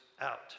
out